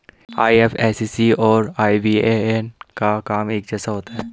IFSC और IBAN का काम एक जैसा ही होता है